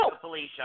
Felicia